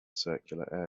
circular